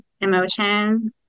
emotion